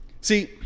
See